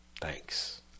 Thanks